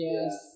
Yes